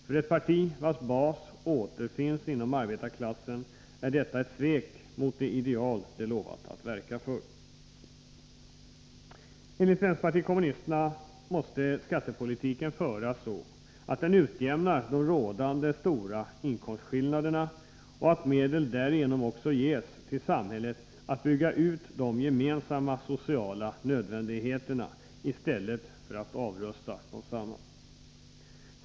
För ett parti vars bas återfinns inom arbetarklassen är detta ett svek mot de ideal det lovat att verka för. Enligt vänsterpartiet kommunisterna måste skattepolitiken föras så, att den utjämnar de rådande stora inkomstskillnaderna och att medel därigenom också ges till samhället att bygga ut de gemensamma sociala nödvändigheterna i stället för att avrusta dem.